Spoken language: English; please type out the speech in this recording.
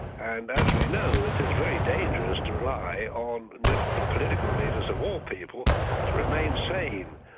and as we know, it is very dangerous to rely on but political leaders of all people to remain sane,